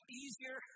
easier